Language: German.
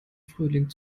frühling